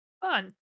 Fun